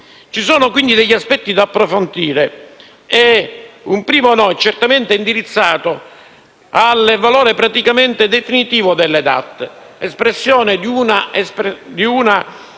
Ci sono quindi aspetti da approfondire e un primo no certamente è indirizzato al valore praticamente definitivo delle DAT, espressione di una